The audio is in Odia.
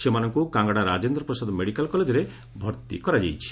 ସେମାନଙ୍କୁ କାଙ୍ଗ୍ଡ଼ା ରାଜେନ୍ଦ୍ର ପ୍ରସାଦ ମେଡିକାଲ୍ କଲେକରେ ଭର୍ତ୍ତି କରାଯାଇଛି